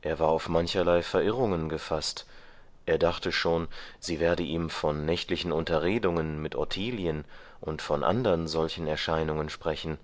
er war auf mancherlei verirrungen gefaßt er dachte schon sie werde ihm von nächtlichen unterredungen mit ottilien und von andern solchen erscheinungen sprechen